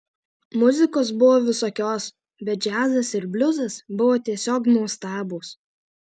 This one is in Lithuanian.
muzikos buvo visokios bet džiazas ir bliuzas buvo tiesiog nuostabūs